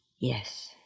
Yes